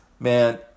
Man